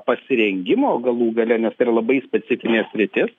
pasirengimo galų gale nes tai yra labai specifinė sritis